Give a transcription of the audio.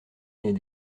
mes